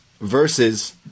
Versus